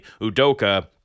Udoka